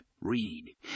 Read